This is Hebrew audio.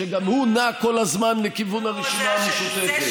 שגם הוא נע כל הזמן לכיוון הרשימה המשותפת.